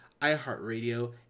iHeartRadio